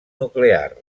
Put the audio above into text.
nuclear